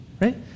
Right